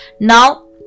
now